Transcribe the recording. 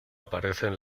aparecen